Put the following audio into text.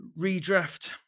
Redraft